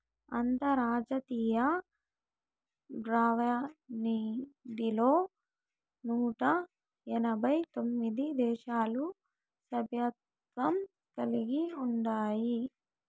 అంతర్జాతీయ ద్రవ్యనిధిలో నూట ఎనబై తొమిది దేశాలు సభ్యత్వం కలిగి ఉండాయి